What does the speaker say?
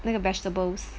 那个 vegetables